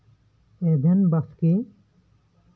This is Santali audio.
ᱮᱵᱷᱮᱱ ᱵᱟᱥᱠᱮ